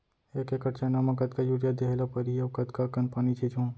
एक एकड़ चना म कतका यूरिया देहे ल परहि अऊ कतका कन पानी छींचहुं?